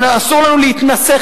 ואסור לנו להתנשא,